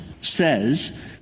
says